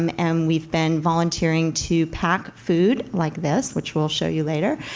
um and we've been volunteering to pack food, like this, which we'll show you later,